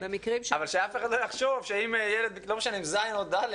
אבל שאף אחד לא יחשוב שאם ילד בכיתה ז' או ד'